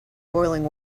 boiling